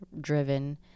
driven